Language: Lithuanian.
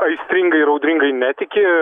aistringai ir audringai netiki